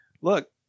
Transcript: look